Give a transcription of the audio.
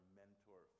mentor